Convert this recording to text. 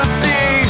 see